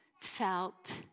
felt